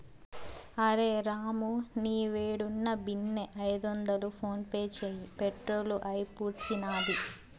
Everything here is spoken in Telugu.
అరె రామూ, నీవేడున్నా బిన్నే ఐదొందలు ఫోన్పే చేయి, పెట్రోలు అయిపూడ్సినాది